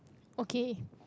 okay